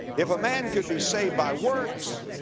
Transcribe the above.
if a man could be saved by works,